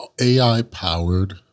AI-powered